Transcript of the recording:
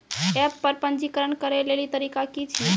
App पर पंजीकरण करै लेली तरीका की छियै?